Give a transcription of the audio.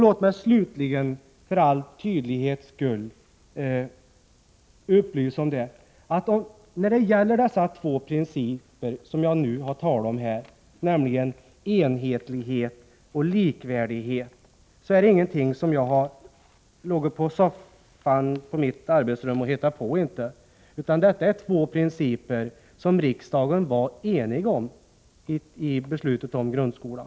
Låt mig slutligen för all tydlighets skull upplysa om att de två principer som jag nu har talat om, nämligen enhetlighet och likvärdighet, inte är någonting som jag har legat på soffan i mitt arbetsrum och hittat på, utan detta är två principer som riksdagen var enig om vid beslutet om grundskolan.